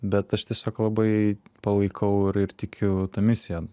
bet aš tiesiog labai palaikau ir tikiu ta misija